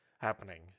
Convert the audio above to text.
happening